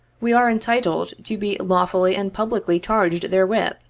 we are entitled to be lawfully and publicly charged therewith,